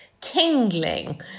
tingling